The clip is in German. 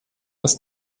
ist